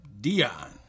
Dion